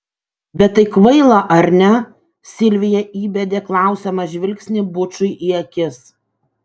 bet tai kvaila ar ne silvija įbedė klausiamą žvilgsnį bučui į akis